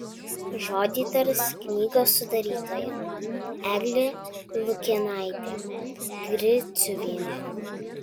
žodį tars knygos sudarytoja eglė lukėnaitė griciuvienė